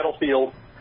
battlefield